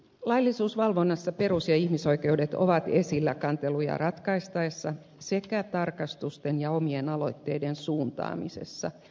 laillisuusvalvonnassa perus ja ihmisoikeudet ovat esillä kanteluja ratkaistaessa sekä tarkastusten ja omien aloitteiden suuntaamisessa